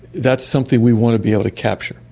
that's something we want to be able to capture.